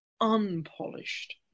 unpolished